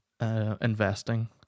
investing